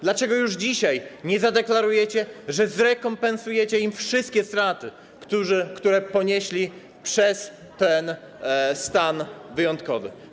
Dlaczego już dzisiaj nie zadeklarujecie, że zrekompensujecie im wszystkie straty, które ponieśli przez ten stan wyjątkowy?